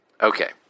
Okay